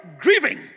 grieving